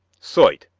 soit,